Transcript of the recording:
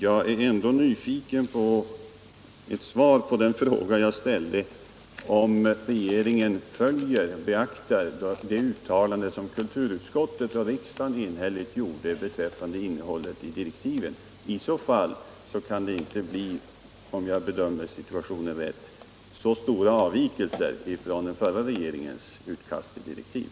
Jag är ändå nyfiken på ett svar på den fråga jag ställde, om regeringen beaktar det uttalande som kulturutskottet och riksdagen enhälligt gjorde beträffande innehållet i direktiven. I så fall kan det inte — om jag bedömer situationen rätt — bli så stora avvikelser från den förra regeringens utkast till direktiv.